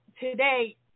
today